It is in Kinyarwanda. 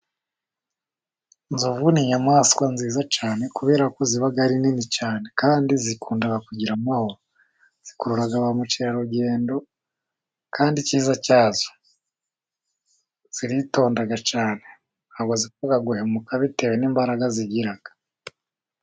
Inzovu ni inyamaswa nziza cyane, kubera ko ziba ari nini cyane, kandi zikunda kugira amahoro. Zikurura ba mukerarugendo, kandi icyiza cyazo ziritonda cyane, ntabwo zikunda, guhemuka bitewe n'imbaraga zigira.